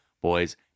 boys